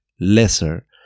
lesser